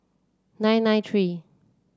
nine nine three